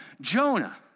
Jonah